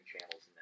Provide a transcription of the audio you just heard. channels